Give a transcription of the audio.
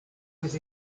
with